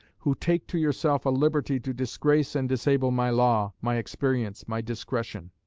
who take to yourself a liberty to disgrace and disable my law, my experience, my discretion,